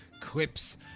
clips